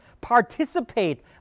Participate